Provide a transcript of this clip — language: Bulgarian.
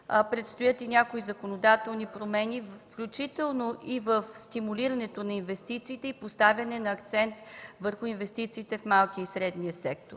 Предстоят и някои законодателни промени, включително и в стимулирането на инвестициите и поставяне на акцент върху инвестициите в малкия и средния сектор.